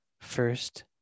First